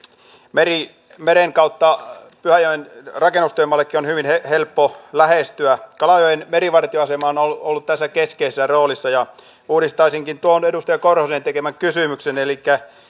meren kautta pyhäjoen rakennustyömaatakin on hyvin helppo lähestyä kalajoen merivartioasema on ollut ollut tässä keskeisessä roolissa ja uudistaisinkin tuon edustaja korhosen tekemän kysymyksen